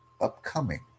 upcoming